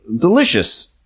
delicious